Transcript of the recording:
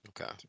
Okay